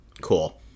Cool